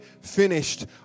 finished